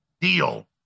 deal